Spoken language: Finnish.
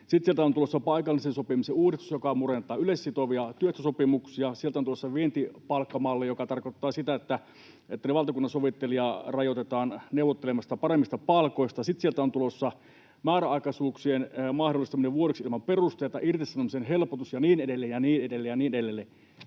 Sitten sieltä on tulossa paikallisen sopimisen uudistus, joka murentaa yleissitovia työehtosopimuksia. Sieltä on tulossa vientipalkkamalli, joka tarkoittaa sitä, että valtakunnansovittelijaa rajoitetaan neuvottelemasta paremmista palkoista. Sitten sieltä ovat tulossa määräaikaisuuksien mahdollistaminen vuodeksi ilman perusteita, irtisanomisen helpotus ja niin edelleen